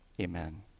Amen